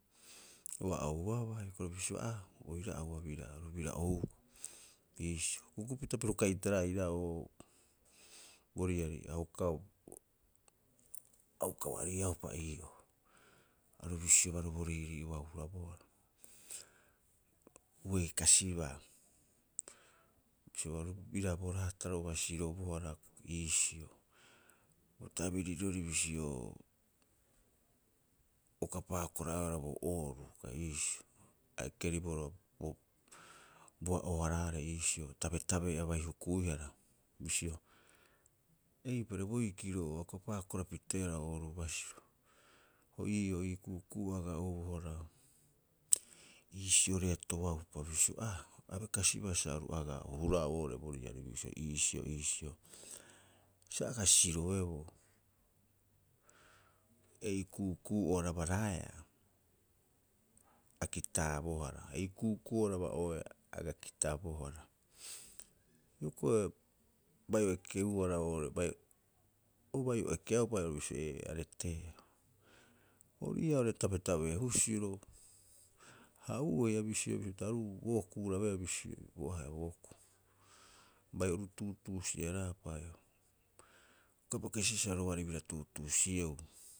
Ua ouaba hioko'i oo'ore bisio, aa, o bira'auaa biraa aru bira ouupa, iisio. Akukupita piro kaitaraea aira'oo bo riari, a uka a uka uariiaupa ii'oo. Aru bisiobaa aru bo riirii'ua hurabohara, a uei kasibaa. Bisio bira bo raataro'oa sirobohara, iisio. Bo tabirirori bisio uka pakora'oeaa bo ooruu, iisio, a ekeribohara bo bo a'oo- haraarei iisio, bo tabetabe'e abai hukuihara bisio, eipare boikiro oo auka paakora piteea ooru basiro. O ii'oo ii ku'uku'uroo aga oubohara iisio reetoaupa bisio, aa, abai kasibaa sa oru agaa ohuraau oo'ore bo riari bisio, iisio, iisio sa aga siroeboo. Ei ku'uku'u'oo rabaraeea a kitaabohara, ei ku'uku'u'oo raba'oeaa a aga kitabohara. Hioko'i bai o ekehuara oo'ore bai, ubai ekeaupa haia bisio ee, a reteea. Orii ii'aa oo'ore tabetabe'e husiro, ha uei aru bisioea pita aru bo okuurabee bisioi, bo ahe'a bo okuu. Bai oru tuutuusi'eraapa, a uka bai kasibaa sa roari bira tuutuusi'eu.